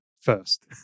first